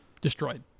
destroyed